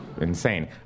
insane